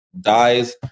dies